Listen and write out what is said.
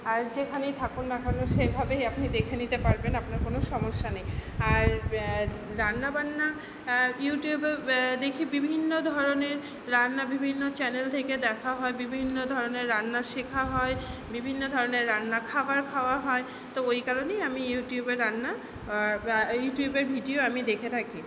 আর যেখানেই থাকুন না কেনো সেভাবেই আপনি দেখে নিতে পারবেন আপনার কোনো সমস্যা নেই আর রান্না বান্না ইউটিউবে দেখি বিভিন্ন ধরনের রান্না বিভিন্ন চ্যানেল থেকে দেখা হয় বিভিন্ন ধরনের রান্না শেখা হয় বিভিন্ন ধরনের রান্না খাবার খাওয়া হয় তো ওই কারণেই আমি ইউটিউবের রান্না ইউটিউবের ভিডিও আমি দেখে থাকি